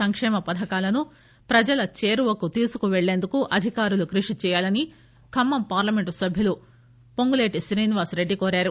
సంక్షేమ పథకాలను ప్రజల చేరువకు తీసుకు పెళ్లేందుకు అధికారులు కృషి చేయాలని ఖమ్మం పార్లమెంట్ సభ్యులు పొంగులేటి శ్రీనివాస్ రెడ్డి కోరారు